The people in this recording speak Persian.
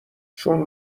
چون